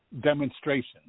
demonstration